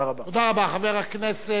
חבר הכנסת מולה,